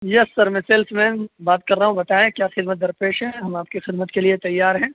یس sir میں salesman بات کر رہا ہوں بتائیں کیا خدمت درپیش ہے ہم آپ کی خدمت کے لیے تیار ہیں